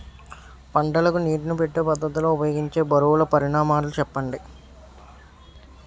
పంటలకు నీటినీ పెట్టే పద్ధతి లో ఉపయోగించే బరువుల పరిమాణాలు చెప్పండి?